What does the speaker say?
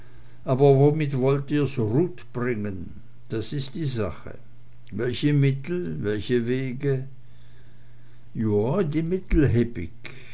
aber womit wollt ihr's rut bringen das is die sache welche mittel welche wege joa de